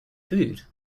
food